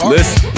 Listen